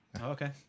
Okay